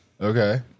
Okay